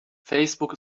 facebook